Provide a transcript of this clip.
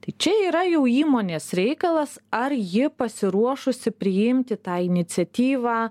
tai čia yra jau įmonės reikalas ar ji pasiruošusi priimti tą iniciatyvą